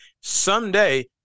someday